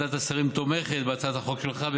ועדת השרים תומכת בהצעת החוק שלך,